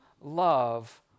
love